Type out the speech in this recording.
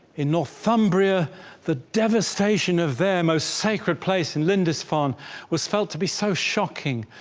in northumbria the devastation of their most sacred place in lindisfarne was felt to be so shocking,